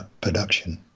production